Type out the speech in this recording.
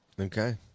Okay